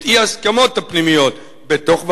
את אי-ההסכמות הפנימיות בתוך ועדת-גולדברג,